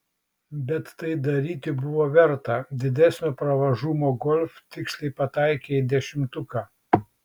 bet tai daryti buvo verta didesnio pravažumo golf tiksliai pataikė į dešimtuką